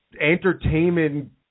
entertainment